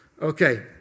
Okay